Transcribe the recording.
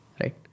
right